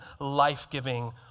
life-giving